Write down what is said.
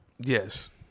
yes